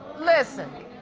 listen.